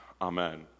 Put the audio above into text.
Amen